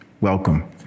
Welcome